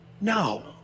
No